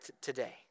today